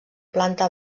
planta